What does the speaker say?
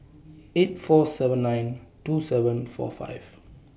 eight four seven nine two seven four five